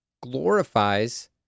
glorifies